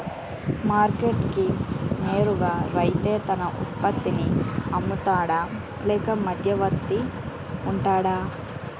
Market కి నేరుగా రైతే తన ఉత్పత్తి నీ అమ్ముతాడ లేక మధ్యవర్తి వుంటాడా?